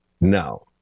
No